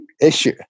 issue